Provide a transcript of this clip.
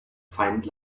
find